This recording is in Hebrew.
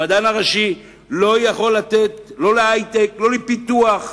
המדען הראשי לא יכול לתת לא להיי-טק ולא לפיתוח.